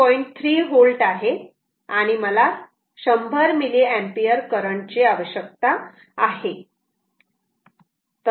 3 V आहे आणि मला 100 मिली एंपियर करंट ची आवश्यकता आहे